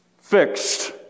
Fixed